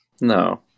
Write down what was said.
No